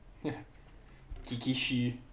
kikishi